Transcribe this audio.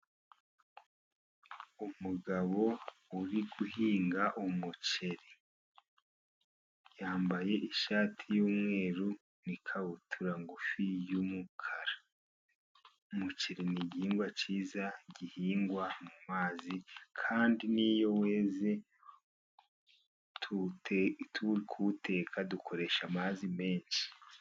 Umugabo uri guhinga umuceri yambaye ishati y'umweru n'ikabutura ngufi y'umukara. Ni igihingwa cyiza gihingwa mu mazi kandi niyo weze tuwuteka dukoresha amazi menshi.